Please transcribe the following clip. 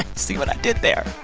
see what i did there?